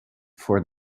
for